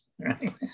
right